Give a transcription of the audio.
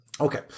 Okay